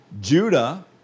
Judah